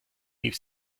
rief